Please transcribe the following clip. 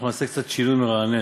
אנחנו נעשה קצת שינוי מרענן,